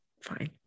Fine